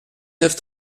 neuf